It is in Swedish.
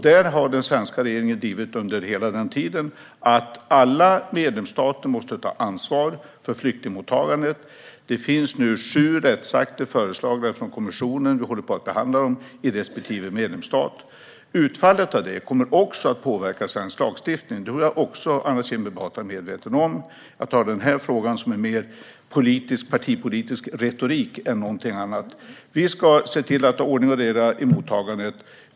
Där har den svenska regeringen hela tiden drivit att alla medlemsstater måste ta ansvar för flyktingmottagandet. Det finns nu sju rättsakter föreslagna från kommissionen. De håller på att behandlas i respektive medlemsstat. Utfallet av denna behandling kommer också att påverka svensk lagstiftning. Det är Anna Kinberg Batra också medveten om. Denna fråga är mer av partipolitisk retorik än något annat. Vi ska se till att det är ordning och reda i mottagandet.